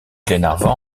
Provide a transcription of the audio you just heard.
glenarvan